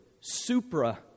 supra